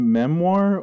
memoir